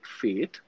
faith